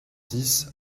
dix